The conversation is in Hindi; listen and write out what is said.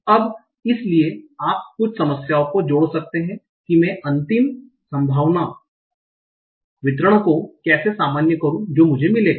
अब इसलिए आप कुछ समस्याओं को जोड़ सकते हैं कि मैं अंतिम संभावना वितरण को कैसे सामान्य करूं जो मुझे मिलेगा